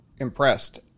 impressed